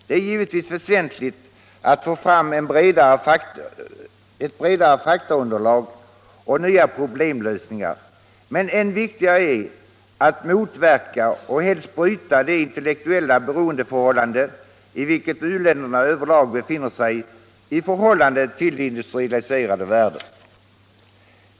Det är givetvis väsentligt att få fram ett bredare faktaunderlag och nya problemlösningar, men än viktigare är att motverka och helst bryta det intellektuella beroendeförhåltande i vilket u-länderna över lag befinner sig i förhållande till den industrialiserade världen.